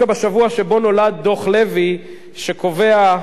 שקובע שאין כיבוש ומעגן את זכויות ההתיישבות